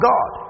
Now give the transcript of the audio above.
God